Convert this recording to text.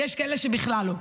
ויש כאלה שבכלל לא,